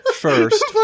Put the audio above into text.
First